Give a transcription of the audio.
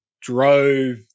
drove